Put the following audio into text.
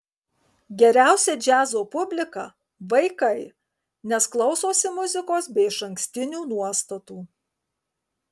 geriausia džiazo publika vaikai nes klausosi muzikos be išankstinių nuostatų